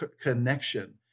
connection